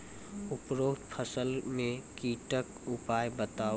उपरोक्त फसल मे कीटक उपाय बताऊ?